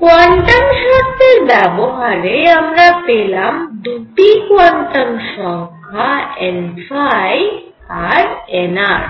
quantum শর্তের ব্যবহারে আমরা পেলাম দুটি কোয়ান্টাম সংখ্যা n আর nr